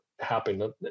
happening